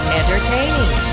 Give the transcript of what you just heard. entertaining